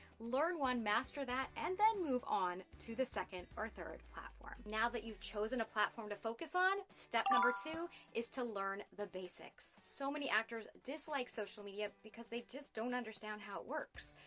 learn one, master that, and then move on, to the second or third platform. now that you've chosen a platform to focus on, step number two is to learn the basics. so many actors dislike social media, because they just don't understand how it works.